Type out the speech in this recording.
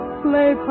play